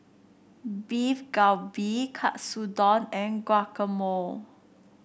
Beef Galbi Katsudon and Guacamole